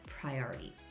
priority